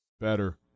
Better